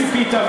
האם ציפית,